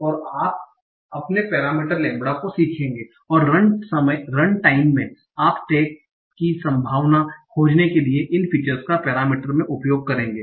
और आप अपने पैरामीटर लैम्ब्डा को सीखेंगे और रन समय में आप टैग की संभावना खोजने के लिए इन फीचर्स का पैरामीटर में उपयोग करेंगे